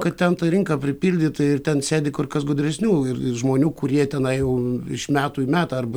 kad ten ta rinka pripildyta ir ten sėdi kur kas gudresnių ir ir žmonių kurie tenai jau iš metų į metą arba